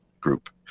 group